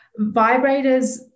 Vibrators